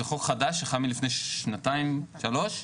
זה חוק חדש שחל מלפני שנתיים שלוש.